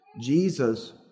Jesus